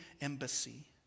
embassy